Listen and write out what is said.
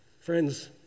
Friends